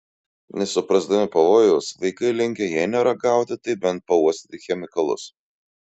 nesuprasdami pavojaus vaikai linkę jei ne ragauti tai bent pauostyti chemikalus